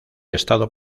estado